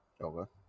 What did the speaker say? Okay